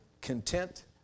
content